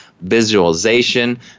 visualization